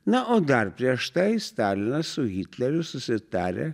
na o dar prieš tai stalinas su hitleriu susitarę